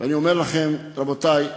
ואני אומר לכם, רבותי,